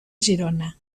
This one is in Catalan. girona